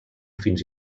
fins